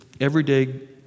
everyday